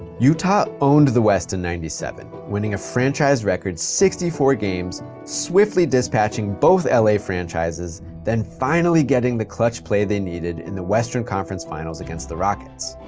utah owned the west in ninety seven, winning a franchise record sixty four games, swiftly dispatching both and la franchises, then finally getting the clutch play they needed in the western conference finals against the rockets.